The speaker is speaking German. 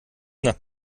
nach